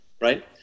right